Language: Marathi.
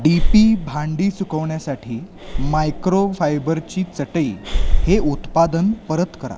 डी पी भांडी सुकवण्यासाठी मायक्रोफायबरची चटई हे उत्पादन परत करा